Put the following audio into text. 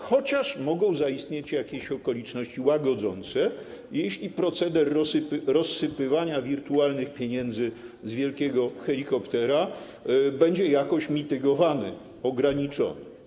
Chociaż mogą zaistnieć jakieś okoliczności łagodzące, jeśli proceder rozsypywania wirtualnych pieniędzy z wielkiego helikoptera będzie jakoś mitygowany, ograniczony.